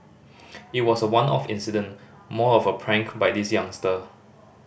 it was a one off incident more of a prank by this youngster